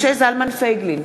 משה זלמן פייגלין,